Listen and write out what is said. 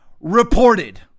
reported